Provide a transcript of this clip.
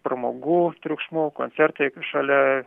pramogų triukšmu koncertai šalia